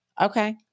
Okay